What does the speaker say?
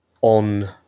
on